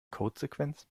codesequenz